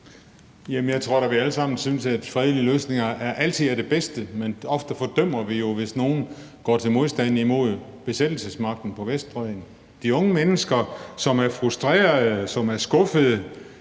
Jeg tror da, at vi alle sammen synes, at fredelige løsninger altid er det bedste, men ofte fordømmer vi det jo, hvis nogle gør modstand mod besættelsesmagten på Vestbredden. De unge mennesker, som er frustrerede og skuffede,